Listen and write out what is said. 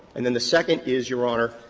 and and the second is, your honor,